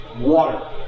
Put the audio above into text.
Water